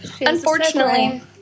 Unfortunately